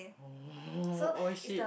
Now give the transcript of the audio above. oh shit